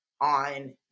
on